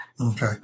Okay